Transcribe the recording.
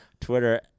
Twitter